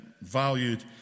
valued